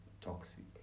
toxic